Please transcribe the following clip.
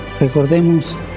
Recordemos